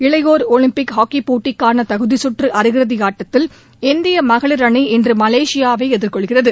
இளையோர் Olympic hockey போட்டிக்கான தகுதிக் கற்று அரையிறுதி ஆட்டத்தில் இந்திய மகளிர் அணி இன்று மலேசியாவை எதிர்கொள்கிறது